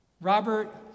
Robert